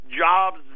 jobs